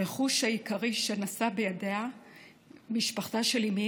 הרכוש העיקרי שנשאה בידיה משפחתה של אימי